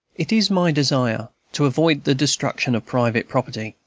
it is my desire to avoid the destruction of private property,